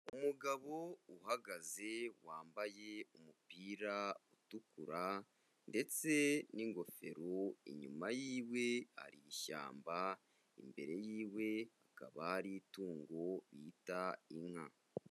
Umugabo uhagaze wambaye umupira utukura ndetse n'ingofero, inyuma yiwe hari ishyamba, imbere yiwe hakaba hari itungo bita inka.